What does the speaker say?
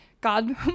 God